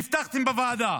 והבטחתם בוועדה